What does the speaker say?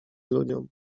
ludziom